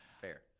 Fair